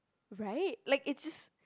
right like it just